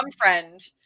friend